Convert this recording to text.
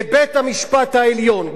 לבית-המשפט העליון,